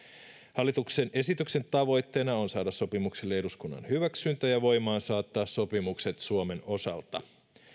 hallituksen esityksen tavoitteena on saada sopimuksille eduskunnan hyväksyntä ja voimaansaattaa sopimukset suomen osalta